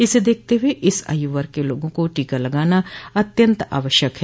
इसे देखते हुए इस आयु वर्ग के लोगों को टीका लगाना अत्यन्त आवश्यक है